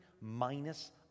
minus